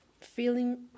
feeling